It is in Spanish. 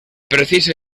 precisa